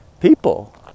people